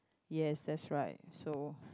yes that's right so